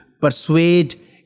persuade